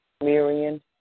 Miriam